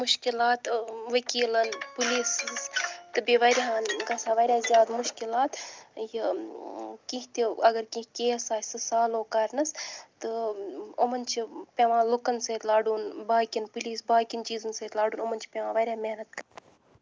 مُشکلات ؤکِیٖلَن پُلِیٖس سٕنٛز تہٕ بیٚیہِ واریاہَن گژھان واریاہ زِیادٕ مُشکلات یہِ کِینٛہہ تہِ اَگر کینٛہہ کیس آسہِ سُہ سالُو کَرنَس تہٕ یِمَن چھِ پیٚوان لُکَن سٟتۍ لَڑُن باقٕیَن پُلِیٖسَن باقٕیَن چِیٖزَن سٟتۍ لَڑُن یِمَن چھِ پیٚوان واریاہ چِیٖز سٟتۍ محنَت کَر